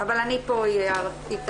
אבל אני פה אהיה איתך.